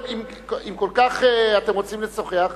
אם כל כך אתם רוצים לשוחח,